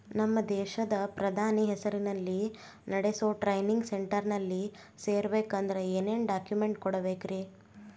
ನಮ್ಮ ದೇಶದ ಪ್ರಧಾನಿ ಹೆಸರಲ್ಲಿ ನೆಡಸೋ ಟ್ರೈನಿಂಗ್ ಸೆಂಟರ್ನಲ್ಲಿ ಸೇರ್ಬೇಕಂದ್ರ ಏನೇನ್ ಡಾಕ್ಯುಮೆಂಟ್ ಕೊಡಬೇಕ್ರಿ?